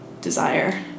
desire